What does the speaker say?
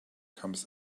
comes